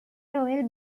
royal